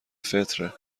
فطره